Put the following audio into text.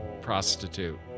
prostitute